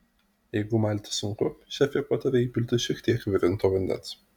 jeigu malti sunku šefė pataria įpilti šie tiek virinto vandens